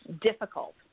difficult